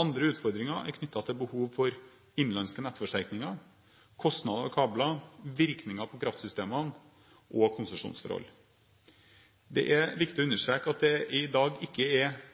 Andre utfordringer er knyttet til behov for innenlandske nettforsterkninger, kostnader ved kabler, virkninger på kraftsystemene og konsesjonsforhold. Det er viktig å understreke at det i dag ikke er